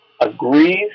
agrees